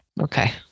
Okay